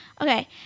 Okay